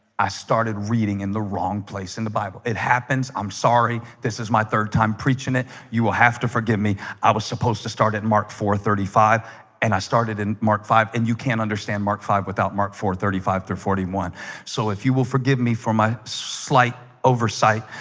i started reading in the wrong place in the bible it happens. i'm sorry this is my third time preaching it you will have to forgive me i was supposed to start at mark four thirty five and i started in mark five and you can't understand mark five without mark four thirty five thirty forty one so if you will forgive me for my slight oversight,